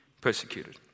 persecuted